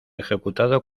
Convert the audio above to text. ejecutado